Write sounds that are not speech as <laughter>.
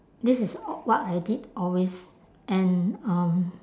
this is <noise> what I did always and um